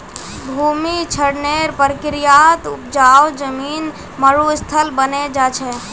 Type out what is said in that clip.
भूमि क्षरनेर प्रक्रियात उपजाऊ जमीन मरुस्थल बने जा छे